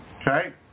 Okay